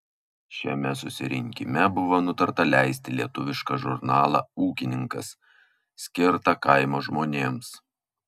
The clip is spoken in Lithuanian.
šiame susirinkime buvo nutarta leisti lietuvišką žurnalą ūkininkas skirtą kaimo žmonėms